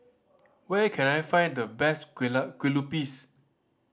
where can I find the best Kueh Lupis